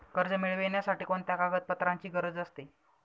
कर्ज मिळविण्यासाठी कोणत्या कागदपत्रांची गरज असते?